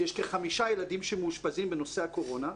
יש כחמישה ילדים שמאושפזים בנושא הקורונה.